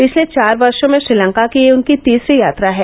पिछले चार वर्षो में श्रीलंका की यह उनकी तीसरी यात्रा है